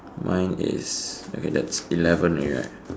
mine is okay that's eleven already right